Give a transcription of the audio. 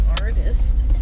artist